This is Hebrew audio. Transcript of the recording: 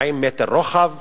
40 מטר רוחב